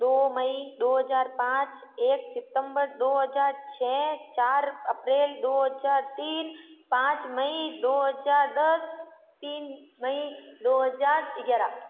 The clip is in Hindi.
दो मई दो हज़ार पाँच एक सितम्बर दो हज़ार छः चार अप्रैल दो हज़ार तीन पाँच मई दो हज़ार दस तीन मई दो हज़ार ग्यारह